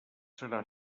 serà